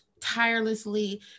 tirelessly